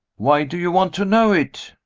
why do you want to know it?